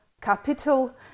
capital